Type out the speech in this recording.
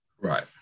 Right